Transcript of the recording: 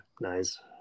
Nice